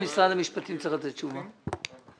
המשפטים צריך לתת תשובה?